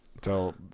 tell